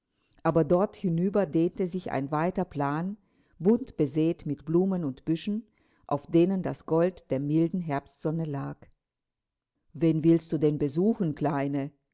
aber dort hinüber dehnte sich ein weiter plan bunt besät mit blumen und büschen auf denen das gold der milden herbstsonne lag wen willst du denn besuchen kleine